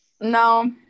No